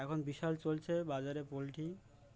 এখন বিশাল চলছে বাজারে পোলট্রি